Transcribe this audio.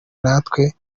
natwe